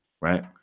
Right